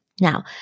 Now